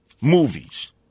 movies